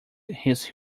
his